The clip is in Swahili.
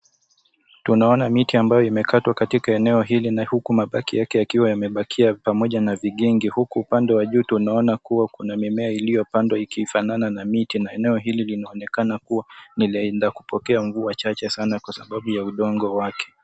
Tunaona miti ambayo imekatwa katika eneo hili na huku mabaki yake yakiwa yamebakia pamoja na vigenge, huku upande wa juu tunaona kuwa kuna mimea iliyopandwa ikifanana na miti, na eneo hili linaonekana kuwa ni la kupokea mvua chache sana kwa sababu ya udongo wake.